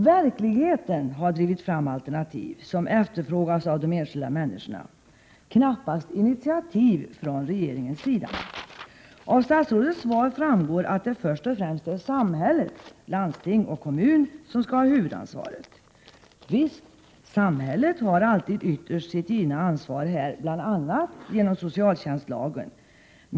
Verkligheten har drivit fram alternativ som efterfrågas av de enskilda människorna, knappast initiativ från regeringens sida. Av statsrådets svar framgår att det först och främst är samhället — landsting och kommun — som skall ha huvudansvaret. Visst, samhället har alltid ytterst sitt givna ansvar här, bl.a. enligt socialtjänstlagen.